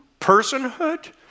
personhood